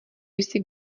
jsi